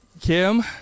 Kim